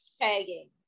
tagging